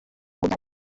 byanyu